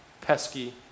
pesky